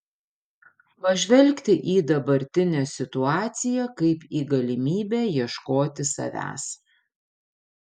pažvelgti į dabartinę situaciją kaip į galimybę ieškoti savęs